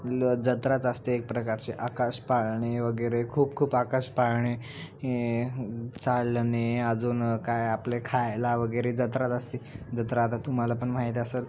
ल जत्राच असते एक प्रकारची आकाश पाळणे वगैरे खूप खूप आकाश पाळणे चालणे अजून काय आपले खायला वगैरे जत्राच असते जत्रा आता तुम्हाला पण माहीत असेल